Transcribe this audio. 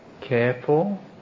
careful